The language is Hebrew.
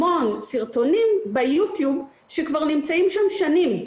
המון סרטונים ביוטיוב שכבר נמצאים שם שנים.